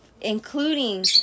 including